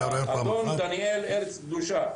אדון דניאל ארץ קדושה,